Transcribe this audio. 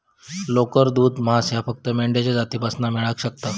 लोकर, दूध, मांस ह्या फक्त मेंढ्यांच्या जातीपासना मेळाक शकता